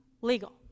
legal